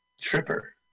Tripper